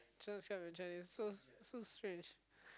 transcribe in Chinese so so strange